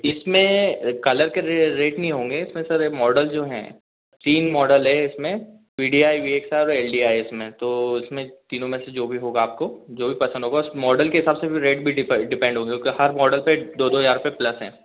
इसमें कलर के रेट नहीं होंगे इसमें सारे मॉडल जो हैं तीन मॉडल है इसमें एल डी आई इसमें तो इसमें तीनों में से जो भी होगा आपको जो भी पसंद होगा उस मॉडल के हिसाब से फिर रेट भी डिफर डिपेंड होंगे क्योंकि हर मॉडल पे दाे दो हजार रुपए प्लस हैं